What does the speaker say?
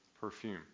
perfume